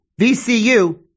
VCU